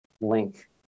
link